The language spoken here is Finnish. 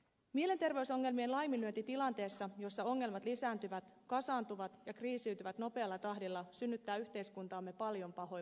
mielenterveysongelmien laiminlyönti tilanteessa jossa ongelmat lisääntyvät kasaantuvat ja kriisiytyvät nopealla tahdilla synnyttää yhteiskuntaamme paljon pahoinvointia